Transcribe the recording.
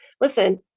Listen